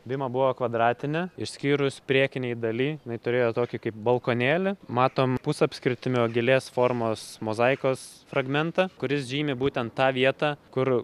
bima buvo kvadratinė išskyrus priekinėj daly jinai turėjo tokį kaip balkonėlį matom pusapskritimio gėlės formos mozaikos fragmentą kuris žymi būtent tą vietą kur